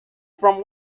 from